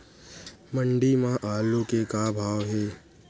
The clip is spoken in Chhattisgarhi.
मंडी म आलू के का भाव हे?